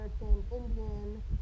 Indian